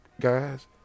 guys